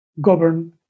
govern